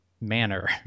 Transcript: manner